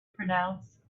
pronounce